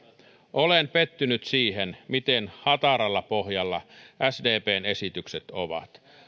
olen pettynyt siihen miten hataralla pohjalla sdpn esitykset ovat